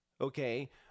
okay